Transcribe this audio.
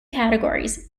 categories